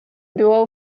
duo